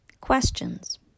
Questions